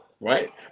right